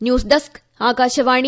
news desk Akashvani